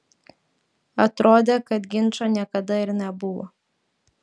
atrodė kad ginčo niekada ir nebuvo